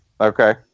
Okay